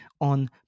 on